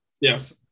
Yes